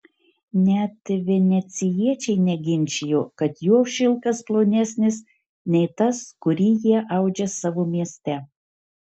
net venecijiečiai neginčijo kad jo šilkas plonesnis nei tas kurį jie audžia savo mieste